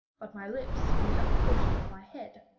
but my lips and the upper portion of my head,